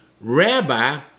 rabbi